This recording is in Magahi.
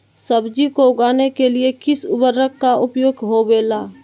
सब्जी को उगाने के लिए किस उर्वरक का उपयोग होबेला?